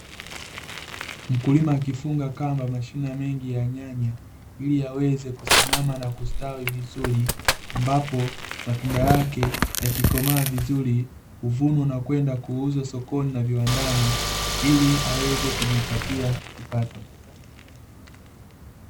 Mkulima akifunga kamba mashina mengi ya nyanya ili yaweze kusimama na kustawi vizuri, ambapo matunda yake yakikomaa vizuri huvunwa na kwenda kuuzwa sokoni na viwandani ili aweze kujipatia kipato.